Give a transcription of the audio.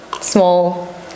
small